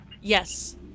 Yes